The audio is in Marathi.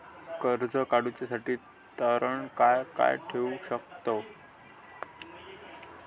कर्ज काढूसाठी तारण काय काय ठेवू शकतव?